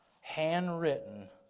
handwritten